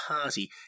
party